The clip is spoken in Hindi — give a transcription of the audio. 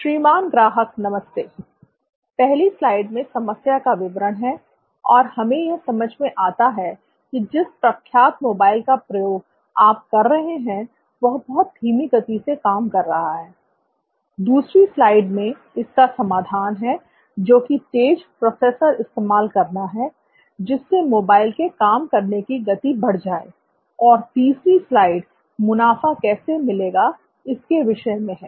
श्रीमान ग्राहक नमस्ते पहली स्लाइड में समस्या का विवरण है और हमें यह समझ में आता है कि जिस प्रख्यात मोबाइल का प्रयोग आप कर रहे हैं वह बहुत धीमी गति से काम कर रहा है दूसरी स्लाइड मैं इसका समाधान है जो कि तेज प्रोसेसर इस्तेमाल करना है जिससे मोबाइल के काम करने की गति बढ़ जाए और तीसरी स्लाइड मुनाफा कैसे मिलेगा इसके विषय में है